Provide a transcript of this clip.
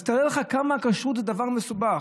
אז תאר לך כמה הכשרות זה דבר מסובך.